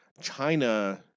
China